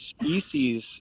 species